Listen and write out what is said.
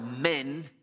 men